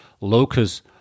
locus